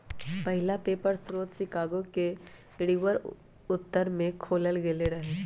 पहिला पेपर स्रोत शिकागो के रिवर उत्तर में खोलल गेल रहै